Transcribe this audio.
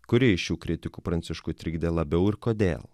kuri iš šių kritikų pranciškų trikdė labiau ir kodėl